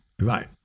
Right